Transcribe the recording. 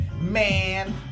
man